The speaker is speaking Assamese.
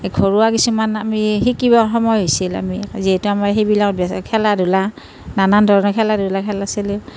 ঘৰুৱা কিছুমান আমি শিকিবৰ সময় হৈছিল আমি যিহেতু আমি সেইবিলাকত খেলা ধূলা নানা ধৰণৰ খেলা ধূলা খেল আছিলে